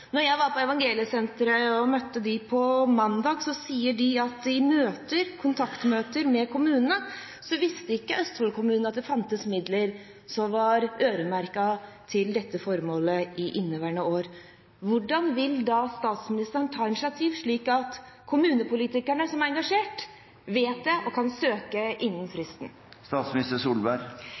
jeg var på Evangeliesenteret på mandag og møtte dem der, sa de at de hadde kontaktmøter med kommunene, og østfoldkommunene visste ikke at det fantes midler som var øremerket til dette formålet i inneværende år. Hvordan vil statsministeren ta initiativ til at kommunepolitikerne, som er engasjert, vet det og kan søke innen